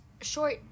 short